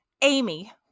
Amy